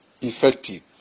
effective